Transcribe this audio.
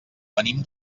venim